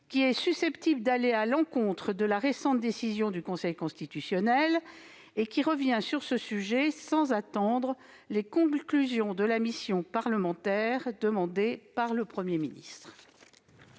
qui est susceptible d'aller à l'encontre de la récente décision du Conseil constitutionnel et qui a été introduite dans le texte sans avoir attendu les conclusions de la mission parlementaire demandée par le Premier ministre.